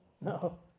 No